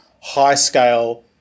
high-scale